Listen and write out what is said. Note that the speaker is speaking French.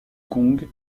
kong